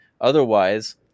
Otherwise